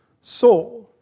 soul